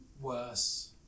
worse